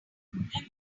remember